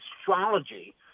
astrology